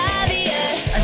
obvious